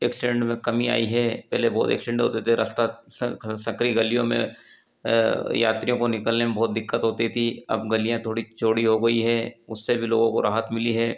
accident में कमी आई है पहले बहुत एक्शीडेंट होते थे रस्ता सकरी गलियों में यात्रियों को निकलने में बहुत दिक्कत होती थी अब गलियाँ थोड़ी चौड़ी हो गई हैं उससे भी लोगों को राहत मिली है